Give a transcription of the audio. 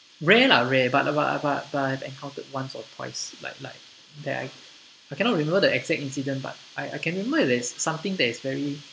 rare lah rare but but but but I've encountered once or twice like like that I I cannot remember the exact incident but I I can remember there's something that is very